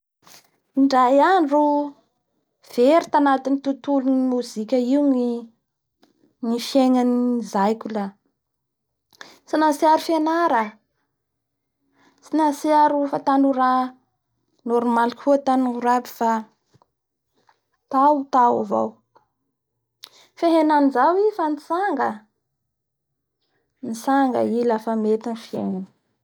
Ndraiky andro very tanatin'ny olo tao andian'olo kimbitikimbitiky maro be, ka laha very tanaty olo io tao reo da nataotsy satria olo be vata aby zay ny hitandreo la avoranjanga ka ngaindreo kely kimbitiky., izay ny namapatahotra andreo.